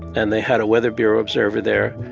and they had a weather bureau observer there,